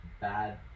bad